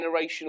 generational